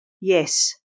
Yes